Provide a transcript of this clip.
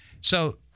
So-